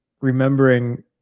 remembering